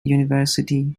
university